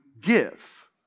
give